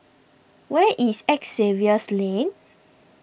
where is Xavier's Lane